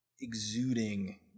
exuding